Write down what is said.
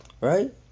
Right